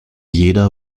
jeder